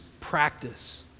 practice